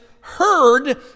heard